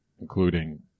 including